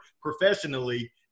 professionally